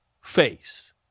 Face